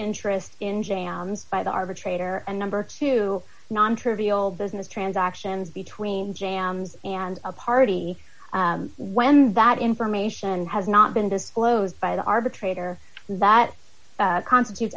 interest in jams by the arbitrator and number two non trivial business transactions between jams and a party when that information has not been disclosed by the arbitrator that const